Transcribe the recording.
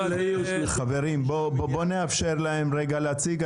חברים, בואו נאפשר להם להציג.